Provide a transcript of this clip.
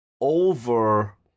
over